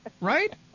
Right